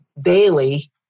daily